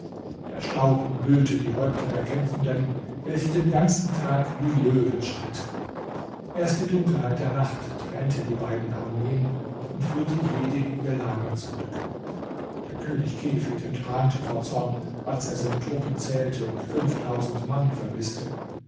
der staub umhüllte die häupter der kämpfenden welche den ganzen tag wie löwen stritten erst die dunkelheit der nacht trennte die beiden armeen und führte jede in ihr lager zurück der könig kefid entbrannte vor zorn als er seine truppen zählte und fünftausend mann vermißte